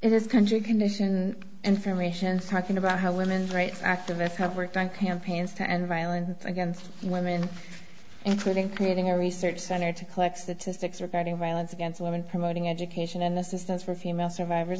this country condition information talking about how women's rights activists cover thank campaigns to end violence against women including creating a research center to collect statistics regarding roylance against women promoting education and assistance for female survivors